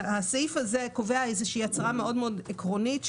הסעיף הזה קובע איזושהי הצהרה מאוד מאוד עקרונית,